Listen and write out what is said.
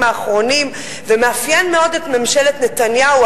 האחרונים ומאפיין מאוד את ממשלת נתניהו,